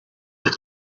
that